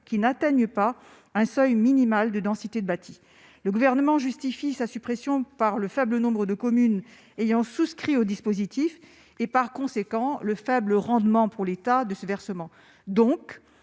qui n'atteignent pas un seuil minimal de densité de bâti. Le Gouvernement justifie sa suppression par le faible nombre de communes ayant souscrit au dispositif, et par conséquent, le faible rendement pour l'État de ce versement.